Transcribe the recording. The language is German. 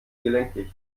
gelenkig